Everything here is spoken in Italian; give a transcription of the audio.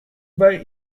vari